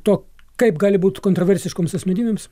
to kaip gali būti kontroversiškoms asmenybėms